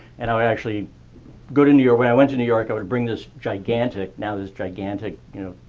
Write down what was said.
and i would actually go to new york. when i went to new york, i would bring this gigantic now this gigantic, you know,